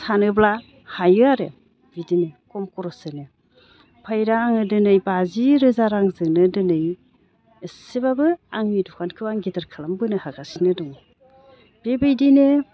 सानोब्ला हायो आरो बिदिनो खम खरसजोंनो ओमफ्राय दा आङो दिनै बाजि रोजा रांजोंनो दिनै एसेब्लाबो आंनि दखानखौ आं गिदिर खालामबोनो हागासिनो दङ बेबायदिनो